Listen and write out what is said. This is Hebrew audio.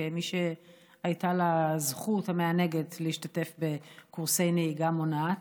כמי שהייתה לה הזכות המענגת להשתתף בקורסי נהיגה מונעת,